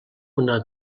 una